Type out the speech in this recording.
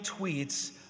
tweets